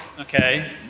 Okay